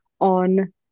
on